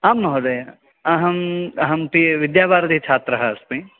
आं महोदय अहं अहं विद्यावारिधिछात्रः अस्मि